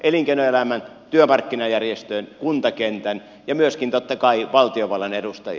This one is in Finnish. elinkeinoelämän työmarkkinajärjestöjen kuntakentän ja myöskin totta kai valtiovallan edustajia